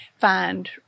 find